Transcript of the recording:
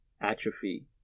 atrophy